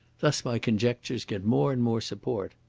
thus my conjectures get more and more support.